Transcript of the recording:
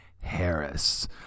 Harris